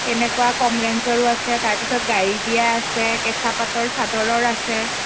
তেনেকুৱা কম ৰেঞঞ্চজৰো আছে তাৰ পিছত গাৰী দিয়া আছে কেঁচা পাটৰ চাদৰৰ আছে